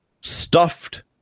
stuffed